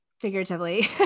figuratively